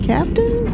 Captain